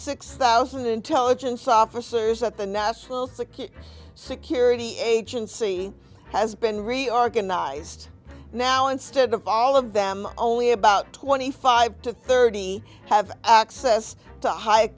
six thousand intelligence officers at the national security security agency has been reorganised now instead of all of them only about twenty five to thirty have access to high